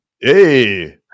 Hey